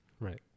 Right